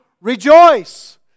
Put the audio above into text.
rejoice